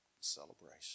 celebration